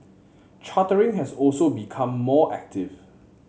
chartering has also become more active